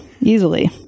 easily